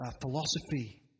philosophy